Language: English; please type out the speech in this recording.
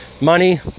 money